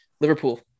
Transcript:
Liverpool